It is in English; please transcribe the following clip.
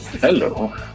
Hello